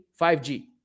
5G